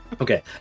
Okay